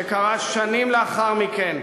זה קרה שנים לאחר מכן,